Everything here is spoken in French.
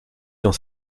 dans